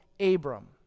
Abram